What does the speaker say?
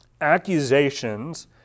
accusations